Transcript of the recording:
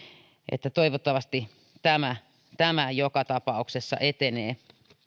toivottavasti tämä tämä joka tapauksessa etenee